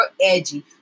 edgy